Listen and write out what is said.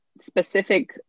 specific